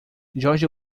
george